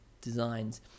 designs